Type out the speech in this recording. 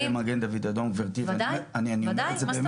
במגן דוד אדום גברת ואני אומר את זה באמת.